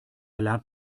lernt